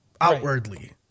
Outwardly